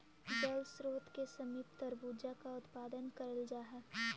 जल स्रोत के समीप तरबूजा का उत्पादन कराल जा हई